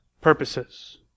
purposes